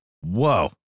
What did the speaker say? Whoa